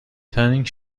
turning